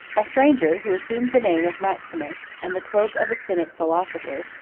a stranger who assumed the name of maximus, and the cloak of a cynic philosopher,